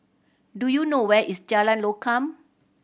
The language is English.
do you know where is Jalan Lokam